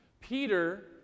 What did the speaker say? Peter